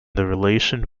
relation